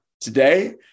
today